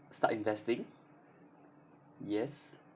start investing yes